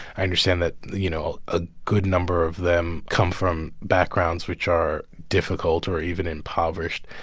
i understand that, you know, a good number of them come from backgrounds which are difficult or even impoverished.